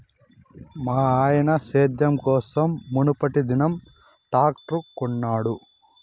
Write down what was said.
మాయన్న సేద్యం కోసం మునుపటిదినం ట్రాక్టర్ కొనినాడు